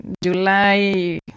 July